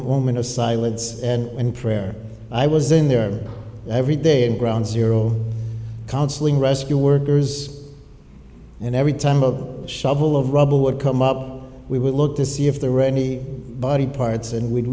moment of silence and prayer i was in there every day in ground zero counseling rescue workers and every time of shovel of rubble would come up we would look to see if there were any body parts and